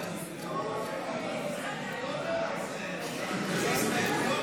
06 בדבר תוספת תקציב לא נתקבלו.